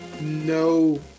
No